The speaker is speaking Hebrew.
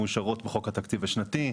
מאושרות בחוק התקציב השנתי,